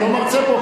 אתה לא מרצה פה.